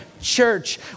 church